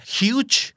huge